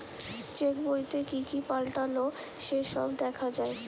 check বইতে কি কি পাল্টালো সে সব দেখা যায়